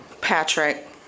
Patrick